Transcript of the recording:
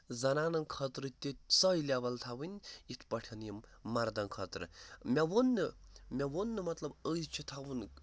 زَنانن خٲطرٕ تہِ سۄے لیوَل تھاوٕنۍ یِتھ پٲٹھۍ یِم مَردَن خٲطرٕ مےٚ ووٚن نہٕ مےٚ ووٚن نہٕ مطلب أزۍ چھِ تھاوُن